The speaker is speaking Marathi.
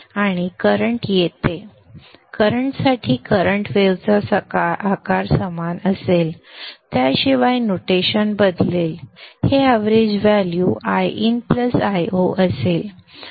आणि करंट येत इंडक्टरसाठी करंट वेव्ह चा आकार समान असेल त्याशिवाय नोटेशन बदलेल हे एवरेज व्हॅल्यू Iin Io असेल